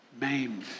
maimed